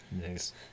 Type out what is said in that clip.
Nice